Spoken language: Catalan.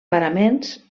paraments